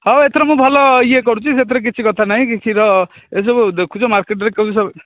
ହଉ ଏଥର ମୁଁ ଭଲ ଇଏ କରୁଛି ସେଥିରେ କିଛି କଥା ନାହିଁ କ୍ଷୀର ଏସବୁ ଦେଖୁଛ ମାର୍କେଟ୍ରେ କେଉଁ ସବୁ